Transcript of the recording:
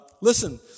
Listen